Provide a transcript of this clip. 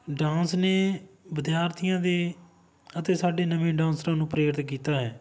dance ਨੇ ਵਿਦਿਆਰਥੀਆਂ ਦੇ ਅਤੇ ਸਾਡੇ ਨਵੇਂ ਡਾਂਸਰਾਂ ਨੂੰ ਪ੍ਰੇਰਿਤ ਕੀਤਾ ਹੈ